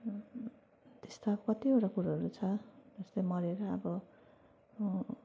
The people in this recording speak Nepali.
त्यस्ता कतिवटा कुरोहरू छ जस्तै मरेर अब